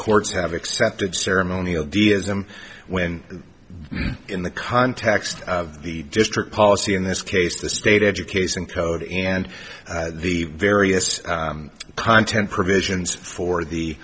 courts have accepted ceremonial deism when in the context of the district policy in this case the state education code and the various content provisions for the